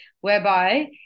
whereby